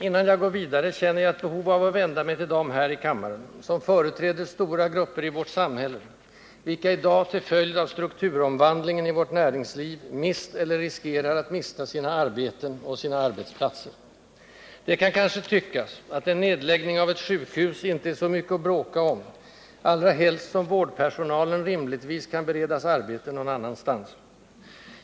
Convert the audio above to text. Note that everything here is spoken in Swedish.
Innan jag går vidare känner jag ett behov av att vända mig till dem här i kammaren som företräder stora grupper i vårt samhälle, vilka i dag till följd av strukturomvandlingen i vårt näringsliv mist eller riskerar att mista sina arbeten och sina arbetsplatser. Det kan kanske tyckas, att en nedläggning av ett sjukhus inte är så mycket att bråka om, allra helst som vårdpersonalen rimligtvis kan beredas arbete någon annanstans.